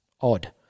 Odd